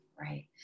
right